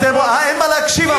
אין מה להקשיב.